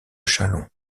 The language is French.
châlons